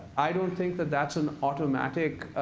i don't think that that's an automatic